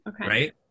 right